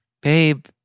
babe